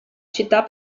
città